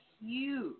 huge